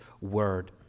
word